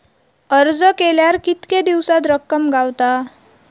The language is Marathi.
अर्ज केल्यार कीतके दिवसात रक्कम गावता?